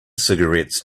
cigarettes